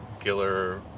Giller